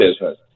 business